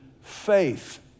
faith